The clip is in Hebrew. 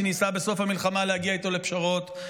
שניסה בסוף המלחמה להגיע איתו לפשרות,